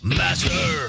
master